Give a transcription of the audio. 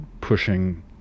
pushing